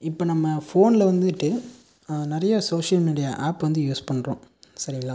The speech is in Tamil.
இப்போ நம்ம ஃபோன்ல வந்துட்டு நிறைய சோஷியல் மீடியா ஆப் வந்து யூஸ் பண்ணுறோம் சரிங்ளா